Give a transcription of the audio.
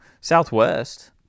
Southwest